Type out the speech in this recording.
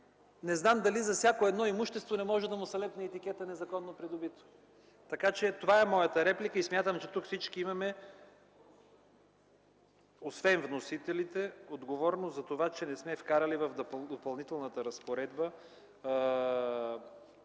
не знам дали за всяко едно имущество не може да се лепне етикета „незаконно придобито”. Моята реплика е това. Смятам, че всички тук имаме – освен вносителите, отговорност за това, че не сме вкарали в Допълнителната разпоредба